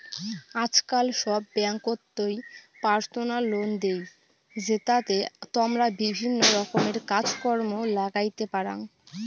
আজকাল সব ব্যাঙ্ককোতই পার্সোনাল লোন দেই, জেতাতে তমরা বিভিন্ন রকমের কাজ কর্ম লাগাইতে পারাং